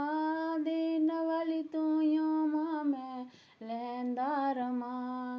आ देने वाली तुइयों मां मैं लैंदा रवां गा